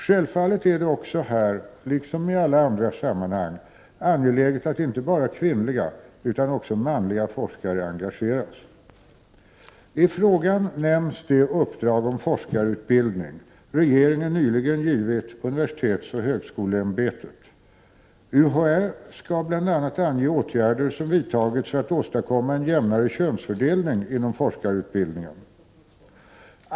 Självfallet är det också — både här och i alla andra sammanhang — angeläget att inte bara kvinnliga utan också manliga forskare engageras. I frågan nämns det uppdrag om forskarutbildning som regeringen nyligen givit universitetsoch högskoleämbetet. UHÄ skall bl.a. ange åtgärder som vidtagits för att åstadkomma en jämnare könsfördelning inom forskarutbildningen.